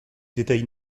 détails